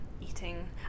Eating